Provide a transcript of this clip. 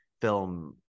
film